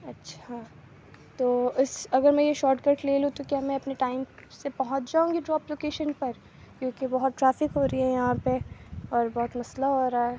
اچھا تو اس اگر میں یہ شاٹ کٹ لے لوں تو کیا میں اپنے ٹائم سے پہنچ جاؤں گی ڈراپ لوکیشن پر کیونکہ بہت ٹرافک ہو رہی ہے یہاں پہ اور بہت مسئلہ ہو رہا ہے